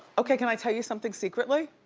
okay, can i tell you something secretly?